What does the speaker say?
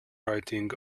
writing